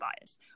bias